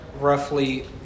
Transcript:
roughly